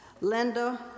Linda